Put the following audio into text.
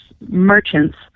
merchants